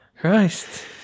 Christ